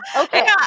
Okay